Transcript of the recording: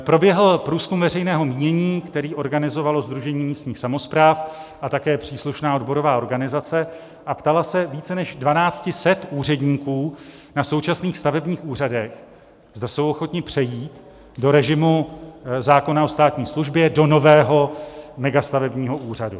Proběhl průzkum veřejného mínění, který organizovalo Sdružení místních samospráv a také příslušná odborová organizace, a ptaly se více než 1 200 úředníků na současných stavebních úřadech, zda jsou ochotni přejít do režimu zákona o státní službě, do nového megastavebního úřadu.